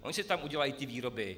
Oni si tam udělají ty výroby!